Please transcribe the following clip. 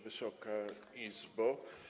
Wysoka Izbo!